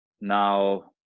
Now